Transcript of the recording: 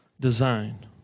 design